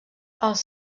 els